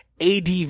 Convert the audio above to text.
adv